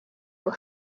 were